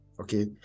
okay